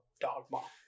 dogma